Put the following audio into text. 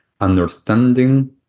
understanding